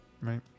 right